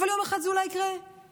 אבל יום אחד זה אולי יקרה לחרדים.